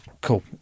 Cool